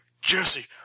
Jesse